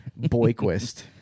Boyquist